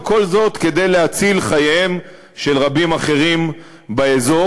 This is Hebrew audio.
וכל זה כדי להציל חייהם של רבים אחרים באזור